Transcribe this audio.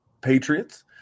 Patriots